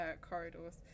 corridors